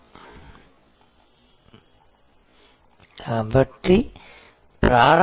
కాబట్టి ప్రారంభ దశలో వినియోగదారుల విలువ అనేది వినియోగదారుల యొక్క లాభ ప్రభావం కావచ్చు అది ఉత్పత్తి జీవిత చక్రాన్ని బట్టి ఉంటుంది